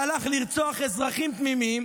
שהלך לרצוח אזרחים תמימים,